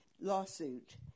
lawsuit